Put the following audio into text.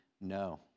no